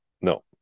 No